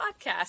podcast